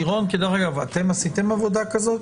לירון, עשיתם עבודה כזו?